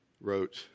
wrote